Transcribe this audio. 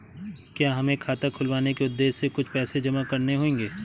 क्या हमें खाता खुलवाने के उद्देश्य से कुछ पैसे जमा करने होंगे?